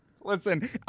Listen